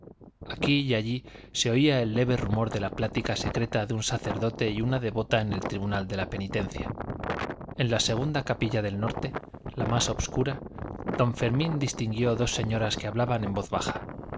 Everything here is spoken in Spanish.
aquí y allí se oía el leve rumor de la plática secreta de un sacerdote y una devota en el tribunal de la penitencia en la segunda capilla del norte la más obscura don fermín distinguió dos señoras que hablaban en voz baja